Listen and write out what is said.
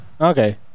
Okay